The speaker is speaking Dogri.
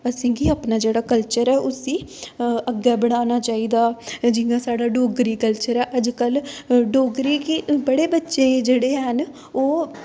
असेंगी अपना जेह्ड़ा कल्चर ऐ उसी अग्गें बढ़ाना चाहिदा जियां साढ़ा डोगरी कल्चर ऐ अज्ज कल डोगरी गी बड़े बच्चे जेह्ड़े हैन ओह्